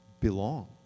belong